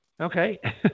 Okay